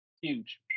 Huge